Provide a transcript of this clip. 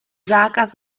zákaz